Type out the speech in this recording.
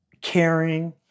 caring